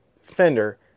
Fender